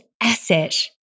asset